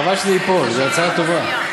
חבל שזה ייפול, זו הצעה טובה.